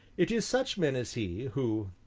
it is such men as he, who,